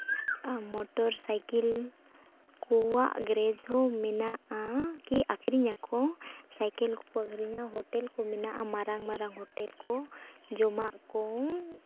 motor cycle ᱠᱚᱣᱟᱜ ᱜᱮᱨᱮᱡᱽ ᱦᱚᱸ ᱢᱮᱱᱟᱜᱼᱟ ᱠᱤ ᱟᱹᱠᱷᱨᱤᱧ ᱟᱠᱚ ᱥᱟᱭᱠᱮᱞ ᱠᱚ ᱠᱚ ᱟᱹᱠᱷᱨᱤᱧᱟ ᱦᱳᱴᱮᱞ ᱠᱚ ᱢᱮᱱᱟᱜᱼᱟ ᱢᱟᱨᱟᱝ ᱢᱟᱨᱟᱝ ᱦᱳᱴᱮᱞ ᱠᱚ ᱡᱚᱢᱟᱜ ᱠᱚ